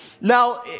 Now